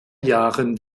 jahren